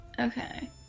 Okay